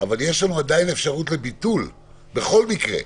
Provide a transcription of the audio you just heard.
עדיין אפשרות לביטול בכל מקרה,